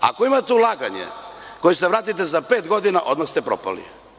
Ako imate ulaganje koje ćete da vratite za pet godina, onda ste propali.